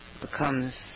becomes